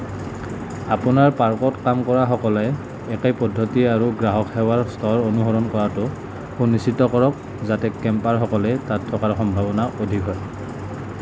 আপোনাৰ পাৰ্কত কাম কৰা সকলোৱে একেই পদ্ধতি আৰু গ্ৰাহক সেৱাৰ স্তৰ অনুসৰণ কৰাটো সুনিশ্চিত কৰক যাতে কেম্পাৰসকলে তাত থকাৰ সম্ভাৱনা অধিক হয়